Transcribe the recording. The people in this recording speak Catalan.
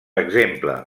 exemple